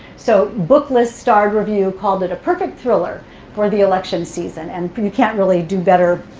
so booklist starred review called it a perfect thriller for the election season. and but you can't really do better